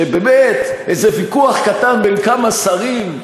שבאמת, איזה ויכוח קטן בין כמה שרים,